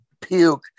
puke